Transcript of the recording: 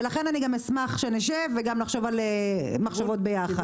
ולכן אני גם אשמח שנשב וגם נחשוב מחשבות ביחד.